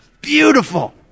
Beautiful